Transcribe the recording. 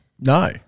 no